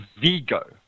Vigo